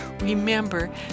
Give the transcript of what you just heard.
remember